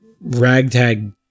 ragtag